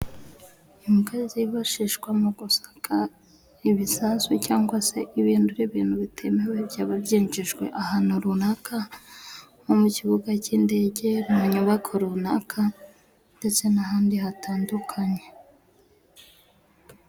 Imbwa zifashishwa mu gusaka ibisasu cyangwa se ibindi ibintu bitemewe byaba byinjijwe ahantu runaka, nko mu kibuga cy'indege, mu nyubako runaka, ndetse n'ahandi hatandukanye.